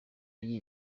y’iyi